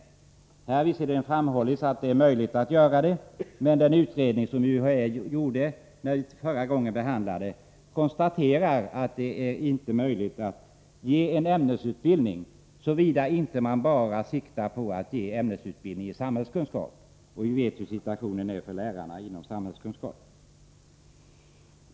Det har visserligen framhållits att detta är möjligt, men den utredning som UHÄ gjorde när vi förra gången behandlade det här ärendet konstaterar att det inte är möjligt att ge en ämnesutbildning, såvida man inte bara siktar till att ge ämnesutbildning i samhällskunskap. Och vi vet hur situationen är för lärarna i samhällskunskap.